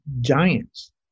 giants